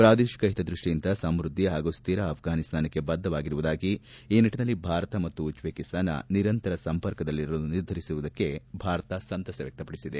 ಪ್ರಾದೇಶಿಕ ಹಿತಾದೃಷ್ಟಿಯಿಂದ ಸಮೃದ್ದ ಹಾಗೂ ಸ್ವಿರ ಆಫ್ರಾನಿಸ್ತಾನಕ್ಕೆ ಬದ್ದವಾಗಿರುವುದಾಗಿ ಈ ನಿಟ್ಟನಲ್ಲಿ ಭಾರತ ಮತ್ತು ಉಜ್ವೇಕಿಸ್ತಾನ ನಿರಂತರ ಸಂಪರ್ಕದಲ್ಲಿರಲು ನಿರ್ಧರಿಸಿರುವುದಕ್ಕೆ ಭಾರತ ಸಂತಸ ವ್ಯಕ್ತಪಡಿಸಿದೆ